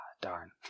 Darn